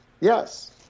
Yes